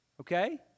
Okay